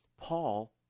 Paul